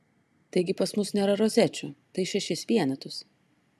taigi pas mus nėra rozečių tai šešis vienetus